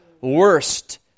worst